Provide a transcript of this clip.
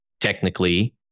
technically